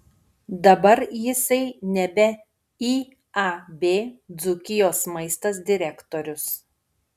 dabar jisai nebe iab dzūkijos maistas direktorius